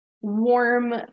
warm